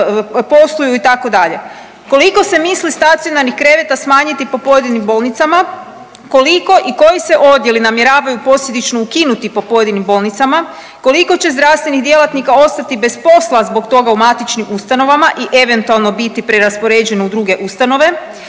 posluju itd., koliko se misli stacionarnih kreveta smanjiti po pojedinim bolnicama, koliko i koji se odjeli namjeravaju posljedično ukinuti po pojedinim bolnicama, koliko će zdravstvenih djelatnika ostati bez posla zbog toga u matičnim ustanovama i eventualno biti preraspoređeno u druge ustanove,